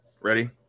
Ready